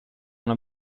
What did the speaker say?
una